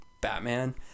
Batman